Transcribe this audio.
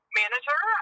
manager